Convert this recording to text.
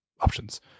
options